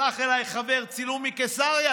שלח אליי חבר צילום מקיסריה.